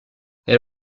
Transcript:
elle